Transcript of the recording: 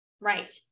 Right